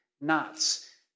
knots